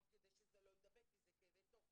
כדי שזה לא יידבק כי זה כאבי תופת.